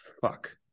fuck